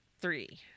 three